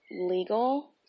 legal